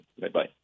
Bye-bye